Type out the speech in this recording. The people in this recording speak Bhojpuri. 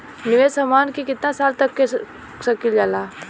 निवेश हमहन के कितना साल तक के सकीलाजा?